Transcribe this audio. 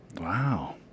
Wow